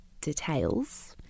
details